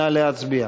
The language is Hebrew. נא להצביע.